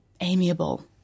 amiable